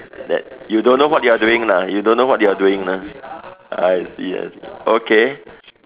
that you don't know what you are doing lah you don't know what you doing lah ah I see I see okay